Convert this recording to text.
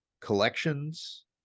collections